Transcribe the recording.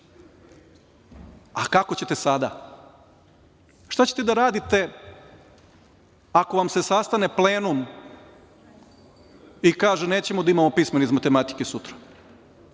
ćete sada? Šta ćete da radite ako vam se sastane plenum i kaže – nećemo da imamo pismeni iz matematike sutra?